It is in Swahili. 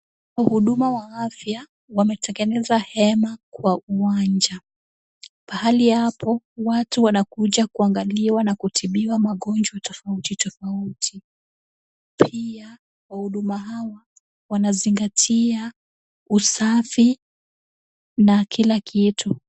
Wahuduma wa afya wametengeneza hema kwa uwanja. Pahali hapo watu wanakuja kuangaliwa na kutibiwa magonjwa tofauti tofauti. Pia wahuduma hawa wanazingatia usafi na kila kitu.